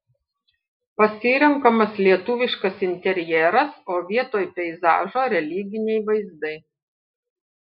pasirenkamas lietuviškas interjeras o vietoj peizažo religiniai vaizdai